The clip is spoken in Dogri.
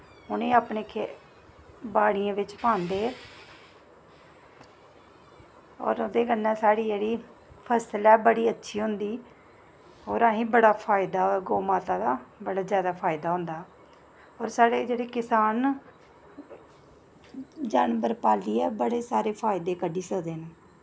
उ'नें गी अपने खेत बाड़ियें बिच पांदे हे होर ओह्दे कन्नै साढ़ी जेह्ड़ी फसल ऐ बड़ी अच्छी होंदी ही होर असें ई बड़ा फायदा ऐ गौऽ माता दा बड़ा जादा फायदा होंदा होर साढ़े जेह्ड़े किसान न जानवर पालियै बड़े सारे फायदे कड्ढी सकदे न